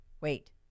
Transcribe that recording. Wait